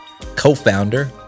co-founder